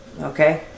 Okay